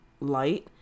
light